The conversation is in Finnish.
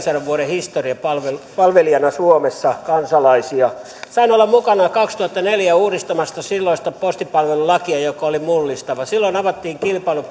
vuoden historia kansalaisten palvelijana suomessa sain olla mukana kaksituhattaneljä uudistamassa silloista postipalvelulakia joka oli mullistava silloin avattiin kilpailu